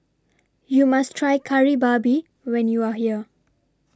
YOU must Try Kari Babi when YOU Are here